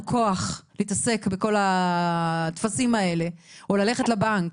כוח להתעסק בכל הטפסים האלה או ללכת לבנק.